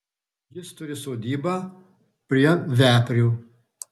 jis turi sodybą prie veprių